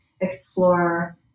explore